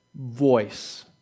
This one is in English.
voice